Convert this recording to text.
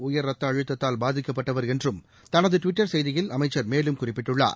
உயர் இரத்த அழுத்தத்தால் பாதிக்கப்பட்டவர் என்றும் தனது டுவிட்டர் செய்தியில் அமைச்சர் மேலும் குறிப்பிட்டுள்ளார்